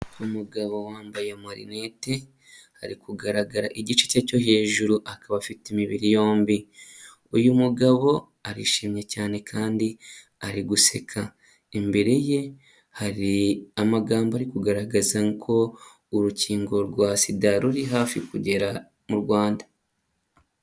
Umugabo wambaye amarinete ari kugaragara igice cye cyo hejuru, akaba afite imibiri yombi. Uyu mugabo arishimye cyane kandi ari guseka, imbere ye hari amagambo ari kugaragaza ko urukingo rwa Sida ruri hafi kugera mu Rwanda.